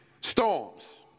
storms